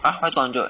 !huh! why got hundred